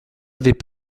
avait